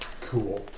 Cool